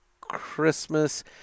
Christmas